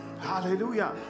Hallelujah